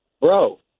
bro